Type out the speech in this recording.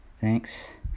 Thanks